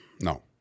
No